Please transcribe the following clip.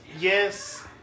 yes